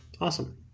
awesome